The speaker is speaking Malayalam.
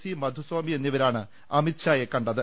സി മധു സ്വാമി എന്നിവരാണ് അമിത്ഷായെ കണ്ടത്